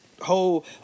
whole